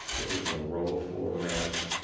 in row ah format.